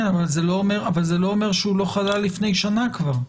כן אבל זה לא אומר שהוא לא חלה לפני שנה כבר?